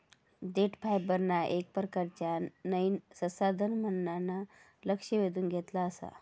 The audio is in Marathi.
देठ फायबरना येक प्रकारचा नयीन संसाधन म्हणान लक्ष वेधून घेतला आसा